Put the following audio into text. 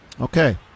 Okay